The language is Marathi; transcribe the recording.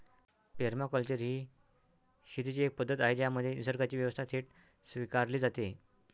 पेरमाकल्चर ही शेतीची एक पद्धत आहे ज्यामध्ये निसर्गाची व्यवस्था थेट स्वीकारली जाते